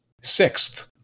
Sixth